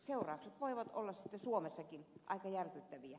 seuraukset voivat olla sitten suomessakin aika järkyttäviä